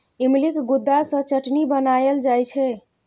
इमलीक गुद्दा सँ चटनी बनाएल जाइ छै